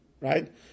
right